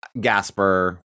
Gasper